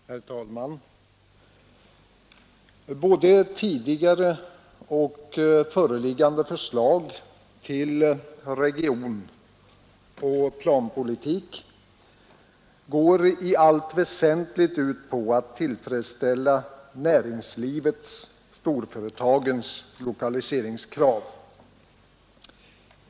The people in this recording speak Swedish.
Herr talman! Både tidigare och föreliggande förslag till regionoch planpolitik går i allt väsentligt ut på att tillfredsställa näringslivets och storföretagens lokaliseringskrav.